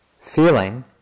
feeling